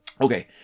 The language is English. Okay